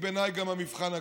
היא בעיניי גם המבחן הגדול,